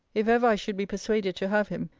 if ever i should be persuaded to have him,